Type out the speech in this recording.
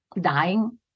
dying